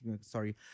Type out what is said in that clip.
Sorry